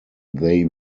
they